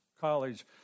college